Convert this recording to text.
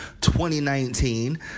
2019